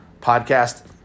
podcast